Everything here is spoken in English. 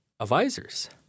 Advisors